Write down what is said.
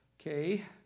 okay